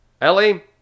Ellie